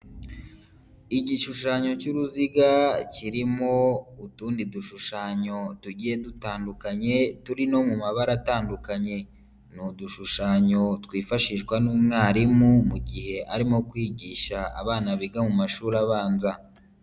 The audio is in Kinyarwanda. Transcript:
Igishushanyo cy'uruziga kirimo utundi dushushanyo tugiye dutandukanye turi no mu mabara atandukanye, ni udushushanyo twifashishwa n'umwarimu mu gihe arimo kwigisha abana biga mu mashuri abanza.